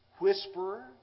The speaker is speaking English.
whisperer